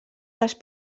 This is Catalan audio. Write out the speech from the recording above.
les